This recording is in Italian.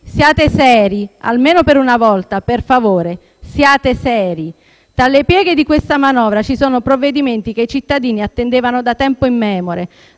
Siate seri. Almeno per una volta, per favore, siate seri. Tra le pieghe di questa manovra ci sono provvedimenti che i cittadini attendevano da tempo immemore.